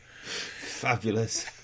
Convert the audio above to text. Fabulous